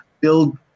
build